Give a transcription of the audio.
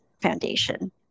Foundation